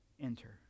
enter